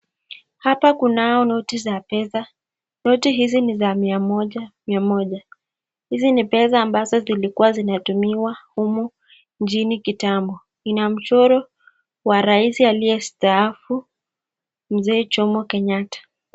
Hapa kunazo noti za pesa noti hizi niza mia moja mia moja hizi ni pesa ambazo zilikuwa zinatumiwa humu nchini kitambo. Zina mchoro wa rais aliye staafu mzee Jomo Kenyatta .